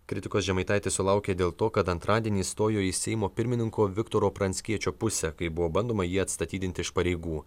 kritikos žemaitaitis sulaukė dėl to kad antradienį stojo į seimo pirmininko viktoro pranckiečio pusę kai buvo bandoma jį atstatydinti iš pareigų